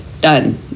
Done